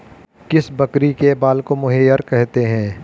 किस बकरी के बाल को मोहेयर कहते हैं?